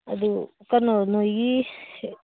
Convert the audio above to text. ꯑꯗꯨ ꯀꯩꯅꯣ ꯅꯣꯏꯒꯤ